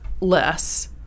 less